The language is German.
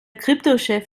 kryptochef